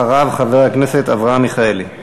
אחריו, חבר הכנסת אברהם מיכאלי.